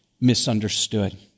misunderstood